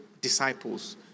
Disciples